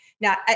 Now